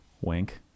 wink